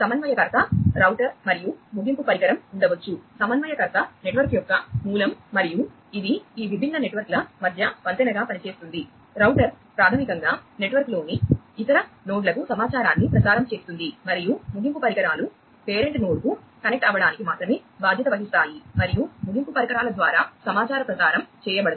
సమన్వయకర్త రౌటర్ కు కనెక్ట్ అవ్వడానికి మాత్రమే బాధ్యత వహిస్తాయి మరియు ముగింపు పరికరాల ద్వారా సమాచారం ప్రసారం చేయబడదు